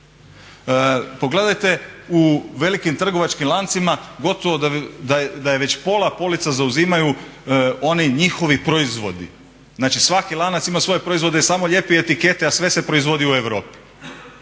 Pogledajte u velikim trgovačkim lancima gotovo da već pola polica zauzimaju oni njihovi proizvodi. Znači svaki lanac ima svoje proizvode jer samo ljepi etikete, a sve se proizvodi u Europi.